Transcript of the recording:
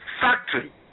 factory